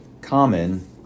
common